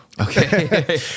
Okay